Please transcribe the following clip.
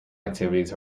activities